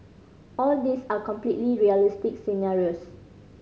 all these are completely realistic scenarios